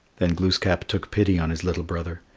then glooskap took pity on his little brother,